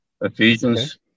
Ephesians